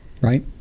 Right